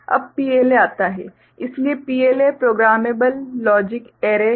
अब PLA आता है इसलिए PLA प्रोग्रामेबल लॉजिक ऐरे है